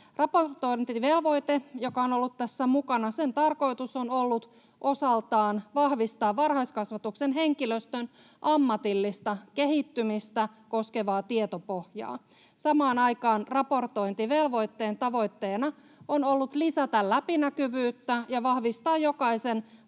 Raportointivelvoitteen, joka on ollut tässä mukana, tarkoitus on ollut osaltaan vahvistaa varhaiskasvatuksen henkilöstön ammatillista kehittymistä koskevaa tietopohjaa. Samaan aikaan raportointivelvoitteen tavoitteena on ollut lisätä läpinäkyvyyttä ja vahvistaa jokaisen